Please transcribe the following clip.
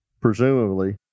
presumably